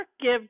give